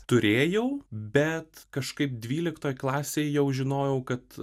turėjau bet kažkaip dvyliktoj klasėj jau žinojau kad